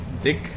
Dick